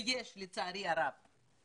ולצערי הרב יש כאלה.